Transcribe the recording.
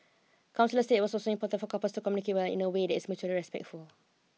counsellors said was also important for couples to communicate well in away that is mutually respectful